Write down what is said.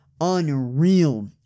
unreal